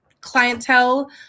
clientele